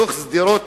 דוח שדרות,